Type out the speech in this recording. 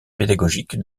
pédagogiques